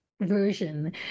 version